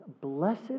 Blessed